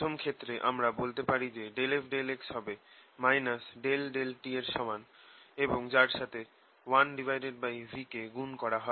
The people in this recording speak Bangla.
প্রথম ক্ষেত্রে আমরা বলতে পারি যে ∂f∂x হবে ∂t এর সমান এবং যার সাথে 1v কে গুণ করা হয়